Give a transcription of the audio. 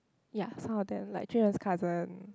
ya some of them like jun han's cousin